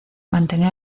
mantener